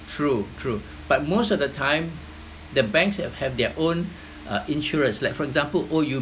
true true but most of the time the banks have their own uh insurance like for example O_U